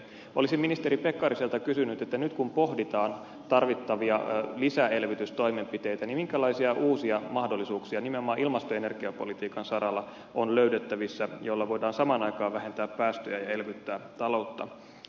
olisin ministeri pekkariselta kysynyt kun nyt pohditaan tarvittavia lisäelvytystoimenpiteitä minkälaisia uusia mahdollisuuksia nimenomaan ilmasto ja energiapolitiikan saralla on löydettävissä joilla voidaan samaan aikaan vähentää päästöjä ja elvyttää taloutta